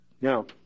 now